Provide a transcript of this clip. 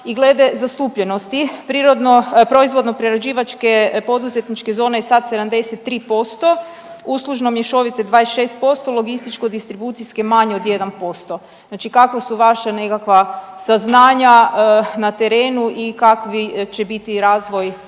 i glede zastupljenosti prirodno, proizvodno prerađivačke poduzetničke zone je sad 73%, uslužno mješovite 26%, logističko distribucijske manje od 1%. Znači kakva su vaša nekakva saznanja na terenu i kakvi će biti razvoj